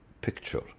picture